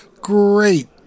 great